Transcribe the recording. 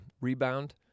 rebound